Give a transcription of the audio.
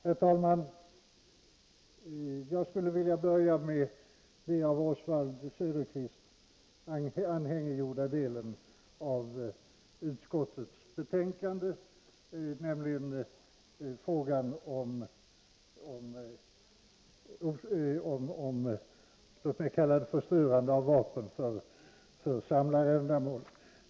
Herr talman! Jag skulle vilja börja med den av Oswald Söderqvist anhängiggjorda delen av utskottets betänkande, nämligen frågan om, låt mig kalla det så, förstörande av vapen för samlarändamål.